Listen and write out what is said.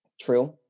true